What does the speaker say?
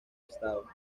estado